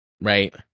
Right